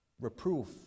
reproof